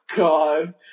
God